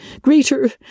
greater